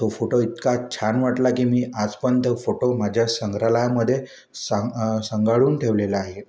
तो फोटो इतका छान वाटला की मी आज पण तो फोटो माझ्या संग्रहालयामध्ये साम अ सांभाळून ठेवलेला आहे